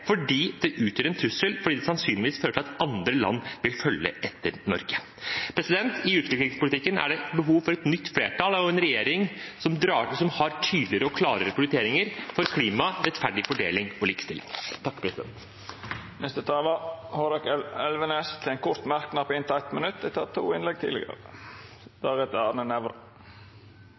fordi det utgjør en trussel, og fordi det sannsynligvis fører til at andre land vil følge etter Norge. I utviklingspolitikken er det behov for et nytt flertall og en regjering som har tydeligere og klarere prioriteringer for klima, rettferdig fordeling og likestilling. Representanten Hårek Elvenes har hatt ordet to gonger tidlegare og får ordet til ein kort merknad, avgrensa til 1 minutt.